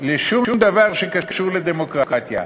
שום דבר שקשור לדמוקרטיה,